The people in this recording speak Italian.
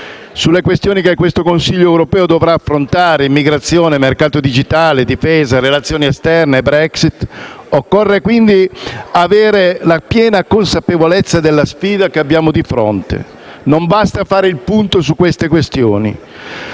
Sulle questioni che questo Consiglio europeo dovrà affrontare (immigrazione, mercato digitale, difesa, relazioni esterne, Brexit) occorre quindi avere la piena consapevolezza della sfida che abbiamo di fronte. Non basta fare il punto su queste questioni.